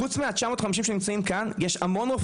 חוץ מ-950 הרופאים שנמצאים כאן יש המון רופאים